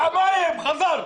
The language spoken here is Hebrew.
חבל.